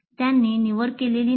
त्यांनी निवड केलेली नाही